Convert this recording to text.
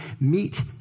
meet